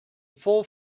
full